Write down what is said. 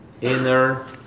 inner